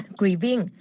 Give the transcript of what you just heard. grieving